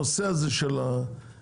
הנושא הזה של הזעיר,